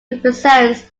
represents